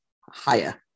Higher